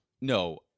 No